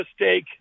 mistake